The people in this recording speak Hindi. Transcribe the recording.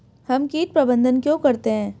हम कीट प्रबंधन क्यों करते हैं?